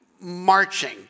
marching